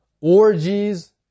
orgies